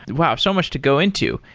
wow, so much to go into.